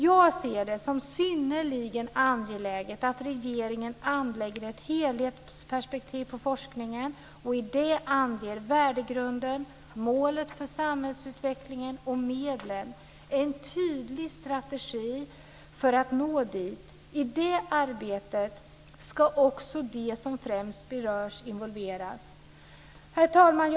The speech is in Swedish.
Jag ser det som synnerligen angeläget att regeringen anlägger ett helhetsperspektiv på forskningen och i det anger värdegrunden, målet för samhällsutvecklingen och medlen - en tydlig strategi för att nå dit. I det arbetet ska också de som främst berörs involveras. Herr talman!